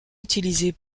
utilisée